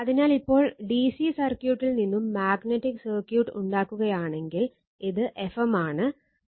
അതിനാൽ ഇപ്പോൾ ഡിസി സർക്യൂട്ടിൽ നിന്നും മാഗ്നറ്റിക് സർക്യൂട്ട് ഉണ്ടാക്കുകയാണെങ്കിൽ ഇത് Fm ആണ് ഇത് ∅